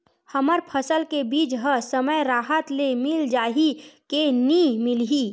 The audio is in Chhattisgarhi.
हमर फसल के बीज ह समय राहत ले मिल जाही के नी मिलही?